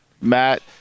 Matt